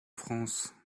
france